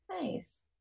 Nice